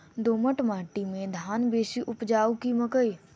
दोमट माटि मे धान बेसी उपजाउ की मकई?